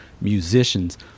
musicians